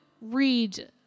read